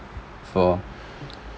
for